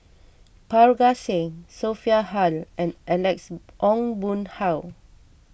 Parga Singh Sophia Hull and Alex Ong Boon Hau